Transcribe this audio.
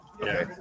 Okay